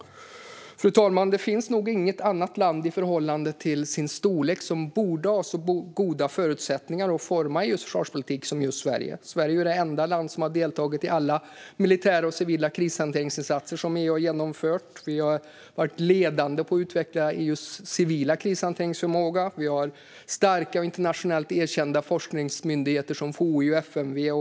Fru talman! Det finns nog inget annat land i förhållande till sin storlek som borde ha så goda förutsättningar att forma EU:s försvarspolitik som just Sverige. Sverige är det enda land som har deltagit i alla militära och civila krishanteringsinsatser som EU har genomfört. Vi har varit ledande på att utveckla EU:s civila krishanteringsförmåga. Vi har starka och internationellt erkända forskningsmyndigheter som FOI och FMV.